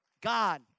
God